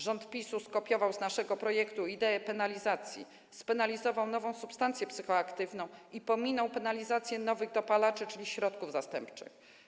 Rząd PiS skopiował z naszego projektu ideę penalizacji, spenalizował nową substancję psychoaktywną i pominął penalizację nowych dopalaczy, czyli środków zastępczych.